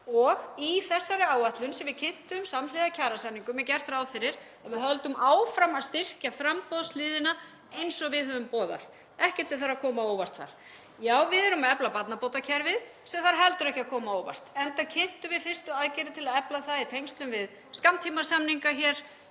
og í þessari áætlun, sem við kynntum samhliða kjarasamningum, er gert ráð fyrir að við höldum áfram að styrkja framboðshliðina eins og við höfum boðað. Ekkert sem þarf að koma á óvart þar. Og já, við erum að efla barnabótakerfið, sem þarf heldur ekki að koma á óvart, enda kynntum við fyrstu aðgerðir til að efla það í tengslum við skammtímasamninga í